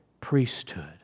priesthood